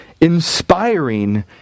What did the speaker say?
inspiring